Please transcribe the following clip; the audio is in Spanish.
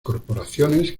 corporaciones